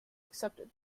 accepted